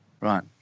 Right